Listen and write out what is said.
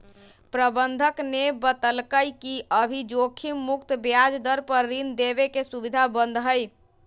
प्रबंधक ने बतल कई कि अभी जोखिम मुक्त ब्याज दर पर ऋण देवे के सुविधा बंद हई